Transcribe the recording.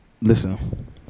listen